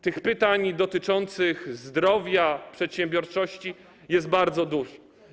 Tych pytań dotyczących zdrowia, przedsiębiorczości jest bardzo dużo.